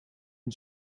een